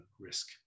risk